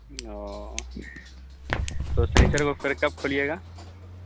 اور تو سنیچر کو پھر کب کھولیے گا